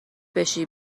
بشی